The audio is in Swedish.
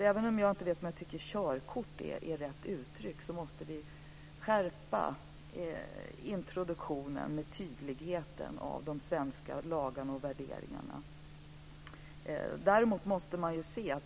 Även om jag inte tycker att "körkort" är rätt uttryck i detta sammanhang menar jag att vi måste skärpa introduktionen, med tydlig betoning av de svenska lagarna och värderingarna.